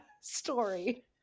story